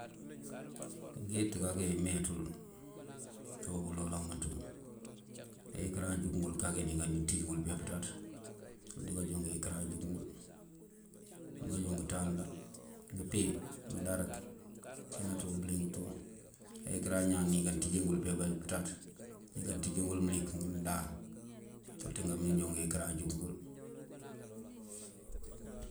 Ngeëyet kakee wimewiţul ciwun ulolan umëtwun, kayëkëran ajungul di nikandi ţij ngul pëya pëţaţ ţul ţi ngajonn ngëyëkëran ajug ngul, tul ti ngajonn ngëtalna ngëpi, ngëdarek acinatul bëling tudu ka yëkëran ñáan nikaţijigul pëya pëţaţ, nikaţiji ngul mlik mdáa ţul ţi ngajoon ngëyëkërana ajug ngul.